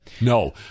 No